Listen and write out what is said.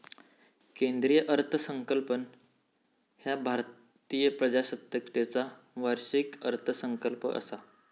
केंद्रीय अर्थसंकल्प ह्या भारतीय प्रजासत्ताकाचो वार्षिक अर्थसंकल्प असा